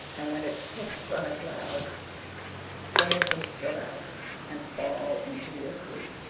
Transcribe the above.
and when it tips on a cloud some of them spill out and fall into your sleep.